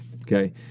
okay